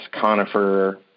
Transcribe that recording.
conifer